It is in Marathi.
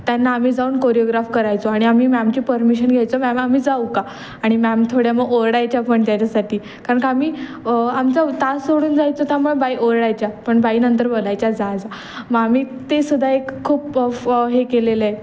त्यांना आम्ही जाऊन कोरिओग्राफ करायचो आणि आम्ही मॅमची परमिशन घ्यायचो मॅम आम्ही जाऊ का आणि मॅम थोड्या मग ओरडायच्या पण त्याच्यासाठी कारण का आम्ही आमचा तास सोडून जायचो त्यामुळे बाई ओरडायच्या पण बाई नंतर बोलायच्या जा जा मं आम्ही ते सुद्धा एक खूप हे केलेलं आहे